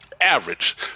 average